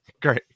Great